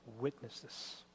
witnesses